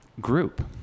group